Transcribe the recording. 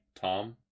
Tom